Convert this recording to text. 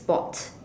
sports